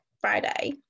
Friday